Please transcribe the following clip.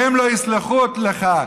והם לא יסלחו לך.